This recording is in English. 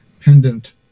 pendant